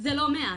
זה לא מעט.